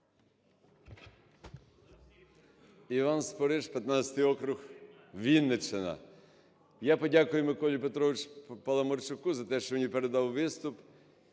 Іван Спориш, 15 округ, Вінниччина. Я подякую Миколі Петровичу Паламарчуку за те, що мені передав виступ.